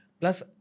Plus